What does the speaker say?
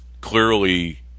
clearly